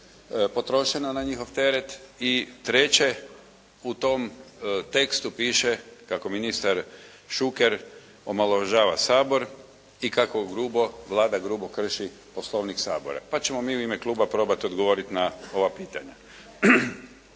potrošeno na njihov teret. I treće, u tom tekstu piše kako ministar Šuker omalovažava Sabor i kako grubo, Vlada grubo krši Poslovnik Sabora, pa ćemo mi u ime kluba probat odgovorit na ova pitanja.